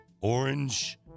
orange